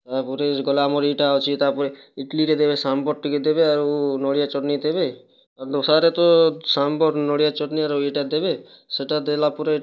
ତା'ପରେ ଗଲା ଆମର୍ ଇଟା ଅଛି ତା'ପରେ ଇଟ୍ଲିରେ ଦେବେ ସାମ୍ବର ଟିକେ ଦେବେ ଆଉ ନଡ଼ିଆ ଚଟ୍ନୀ ଦେବେ ଦୋସାରେ ତ ସାମ୍ବର ନଡ଼ିଆ ଚଟ୍ନୀ ଆରୁ ଏଟା ଦେବେ ସେଟା ଦେଲା ପରେ